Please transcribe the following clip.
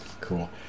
cool